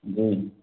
जी